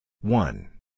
One